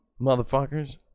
motherfuckers